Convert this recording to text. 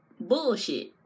bullshit